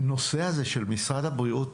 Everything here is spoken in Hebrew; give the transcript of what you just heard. הנושא הזה של משרד הבריאות,